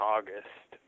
August